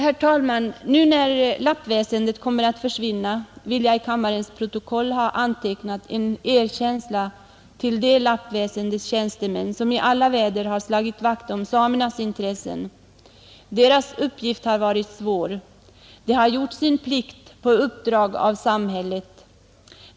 Herr talman! Nu när lappväsendet kommer att försvinna vill jag i kammarens protokoll ha antecknat en erkänsla till de lappväsendets tjänstemän som i alla väder har slagit vakt om samernas intressen. Tjänstemännens uppgift har varit svår. De har gjort sin plikt på uppdrag av samhället.